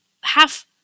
half